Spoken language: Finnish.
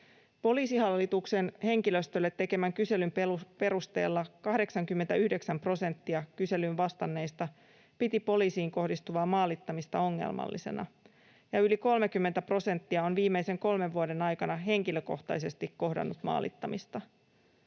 Poliisihallituksen henkilöstölle tekemän kyselyn perusteella 89 prosenttia kyselyyn vastanneista piti poliisiin kohdistuvaa maalittamista ongelmallisena ja yli 30 prosenttia on viimeisen kolmen vuoden aikana henkilökohtaisesti kohdannut maalittamista.